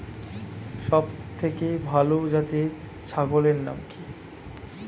সবথেকে ভালো জাতের ছাগলের নাম কি?